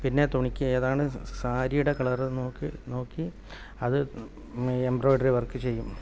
പിന്നെ തുണിക്ക് ഏതാണ് സാരിയുടെ കളർ നോക്കി നോക്കി അത് എംബ്രോയ്ഡറി വർക്ക് ചെയ്യും